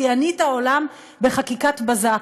שיאנית העולם בחקיקת בזק,